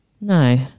No